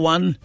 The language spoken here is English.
One